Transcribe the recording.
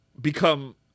become